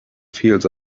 fields